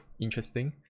interesting